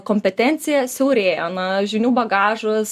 kompetencija siaurėja na žinių bagažas